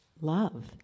love